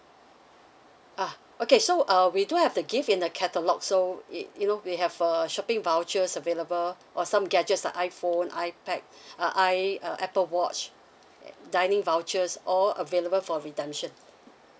ah okay so uh we do have the gift in the catalogue so it you know we have uh shopping vouchers available or some gadgets like iPhone ipad uh i uh Apple watch and dining vouchers all available for redemption